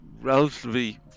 relatively